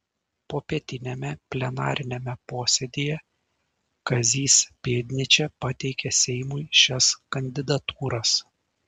popietiniame plenariniame posėdyje kazys pėdnyčia pateikė seimui šias kandidatūras